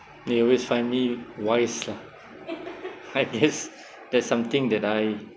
they always find me wise lah I guess that's something that I